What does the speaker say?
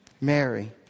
Mary